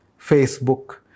Facebook